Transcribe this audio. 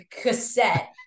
cassette